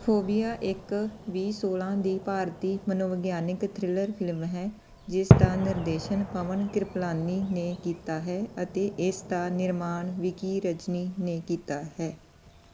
phobia ਇੱਕ ਵੀਹ ਸੋਲਾਂ ਦੀ ਭਾਰਤੀ ਮਨੋਵਿਗਿਆਨਿਕ ਥ੍ਰਿਲਰ ਫਿਲਮ ਹੈ ਜਿਸ ਦਾ ਨਿਰਦੇਸ਼ਨ ਪਵਨ ਕਿਰਪਲਾਨੀ ਨੇ ਕੀਤਾ ਹੈ ਅਤੇ ਇਸ ਦਾ ਨਿਰਮਾਣ ਵਿਕੀ ਰਜਨੀ ਨੇ ਕੀਤਾ ਹੈ